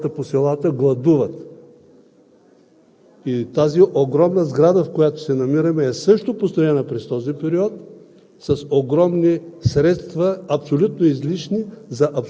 България минава на строга купонна система и хората по селата гладуват. И тази огромна сграда, в която се намираме, също е построена през този период